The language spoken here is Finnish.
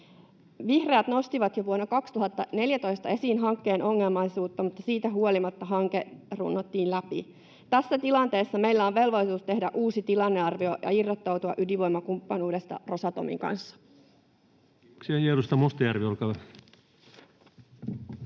Vihreät nostivat jo vuonna 2014 esiin hankkeen ongelmallisuutta, mutta siitä huolimatta hanke runnottiin läpi. Tässä tilanteessa meillä on velvollisuus tehdä uusi tilannearvio ja irrottautua ydinvoimakumppanuudesta Rosatomin kanssa. [Speech